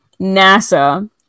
nasa